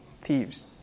thieves